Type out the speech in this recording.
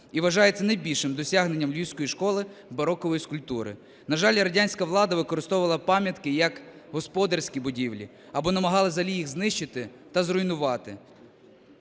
і вважається найбільшим досягненням львівської школи барокової скульптури. На жаль, радянська влада використовувала пам'ятки як господарські будівлі або намагалася взагалі їх знищити та зруйнувати.